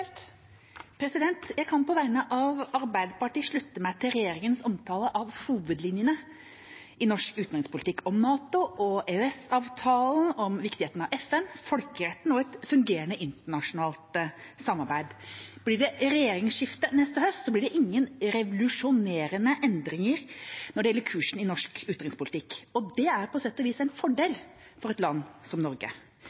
Jeg kan på vegne av Arbeiderpartiet slutte meg til regjeringens omtale av hovedlinjene i norsk utenrikspolitikk: Om NATO og EØS-avtalen, om viktigheten av FN, folkeretten og et fungerende internasjonalt samarbeid. Blir det regjeringsskifte neste høst, blir det ingen revolusjonerende endringer når det gjelder kursen i norsk utenrikspolitikk. Det er på sett og vis en fordel